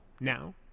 now